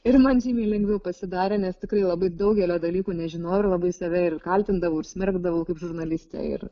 ir man žymiai lengviau pasidarė nes tikrai labai daugelio dalykų nežinojau labai save ir kaltindavau ir smerkdavau kaip žurnalistė ir